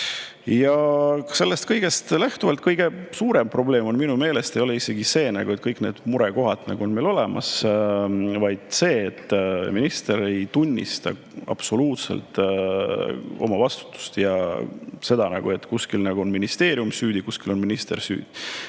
Ja sellest kõigest lähtuvalt kõige suurem probleem minu meelest ei ole isegi see, et kõik need murekohad on meil olemas, vaid see, et minister ei tunnista absoluutselt oma vastutust ja seda, et [mõnes asjas] on ministeerium süüdi, [mõnes asjas] on ka minister süüdi.